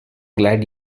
glad